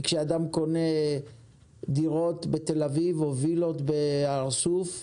כי כשאדם קונה דירות בתל אביב או וילות בהר סוף,